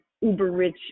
uber-rich